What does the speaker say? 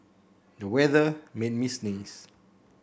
the weather made me sneeze